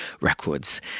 Records